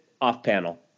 off-panel